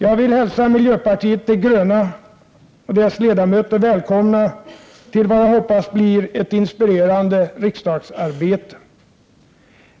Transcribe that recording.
Jag vill hälsa miljöpartiet de gröna och dess ledamöter välkomna till vad jag hoppas blir ett inspirerande riksdagsarbete.